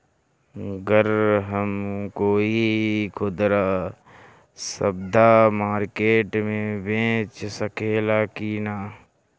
गर हम कोई खुदरा सवदा मारकेट मे बेच सखेला कि न?